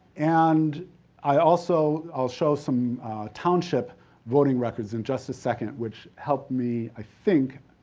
and i also, i'll show some township voting records in just a second, which help me, i think,